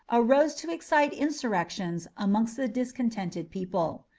arose to excite insurrections amongst the discontented people.